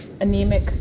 anemic